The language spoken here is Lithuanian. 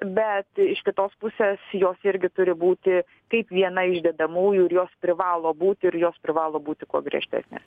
bet iš kitos pusės jos irgi turi būti kaip viena iš dedamųjų ir jos privalo būti ir jos privalo būti kuo griežtesnės